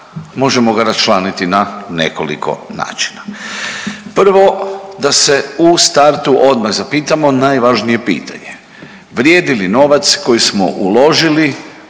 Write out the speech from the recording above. možemo ga raščlaniti na nekoliko načina. Prvo da se u startu odmah zapitamo najvažnije pitanje vrijedi li novac koji smo uložili